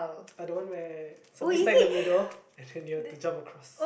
are the one where somebody stand in the middle and you have to jump across